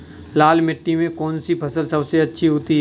लाल मिट्टी में कौन सी फसल सबसे अच्छी उगती है?